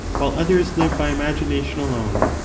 while others live by imagination alone.